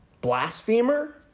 Blasphemer